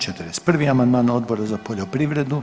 41. amandman Odbora za poljoprivredu.